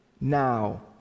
now